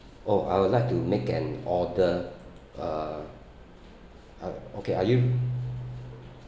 oh I would like to make an order uh uh okay are you